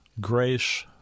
grace